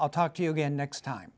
i'll talk to you again next time